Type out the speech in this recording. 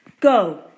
Go